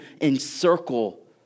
encircle